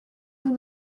nous